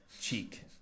cheek